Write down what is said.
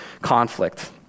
conflict